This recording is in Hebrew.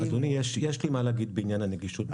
אדוני, יש לי מה לומר בעניין הנגישות.